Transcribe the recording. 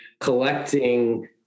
collecting